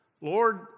Lord